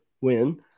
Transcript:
win